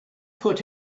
put